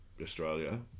Australia